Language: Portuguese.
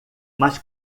mas